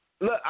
Look